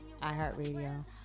iHeartRadio